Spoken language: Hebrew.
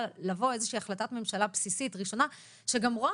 לבוא איזושהי החלטת ממשלה בסיסית ראשונה שגם רואה